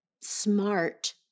smart